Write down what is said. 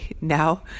now